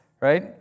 Right